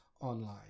online